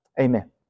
Amen